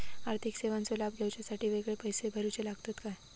आर्थिक सेवेंचो लाभ घेवच्यासाठी वेगळे पैसे भरुचे लागतत काय?